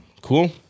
Cool